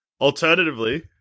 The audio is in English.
Alternatively